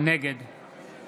נגד